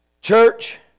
Church